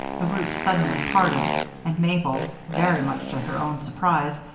the root suddenly parted and mabel, very much to her own surprise,